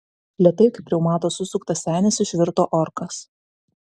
lėtai kaip reumato susuktas senis išvirto orkas